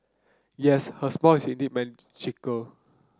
yes her smile is indeed magical